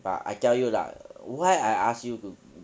but I tell you lah why I ask you to